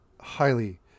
Highly